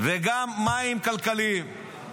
וגם מים כלכליים.